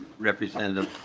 representative